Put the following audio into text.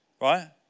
right